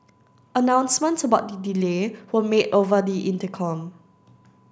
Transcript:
announcements about the delay were made over the intercom